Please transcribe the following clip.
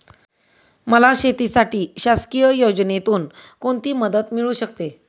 मला शेतीसाठी शासकीय योजनेतून कोणतीमदत मिळू शकते?